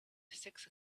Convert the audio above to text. six